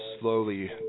slowly